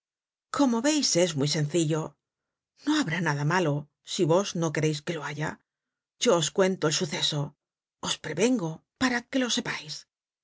como veis es muy sencillo no habrá nada malo si vos no quereis que lo haya yo os cuento el suceso os prevengo para que lo sepais